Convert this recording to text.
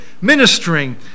ministering